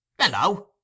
Hello